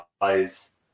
eyes